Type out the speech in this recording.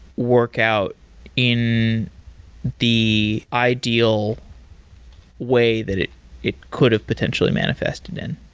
work out in the ideal way that it it could have potentially manifested then?